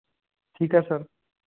ਠੀਕ ਐ ਸਰ